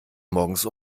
morgens